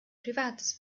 privates